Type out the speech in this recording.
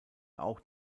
auch